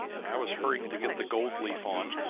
and i was hurrying to get the gold leaf on,